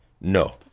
No